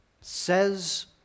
says